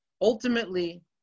Ultimately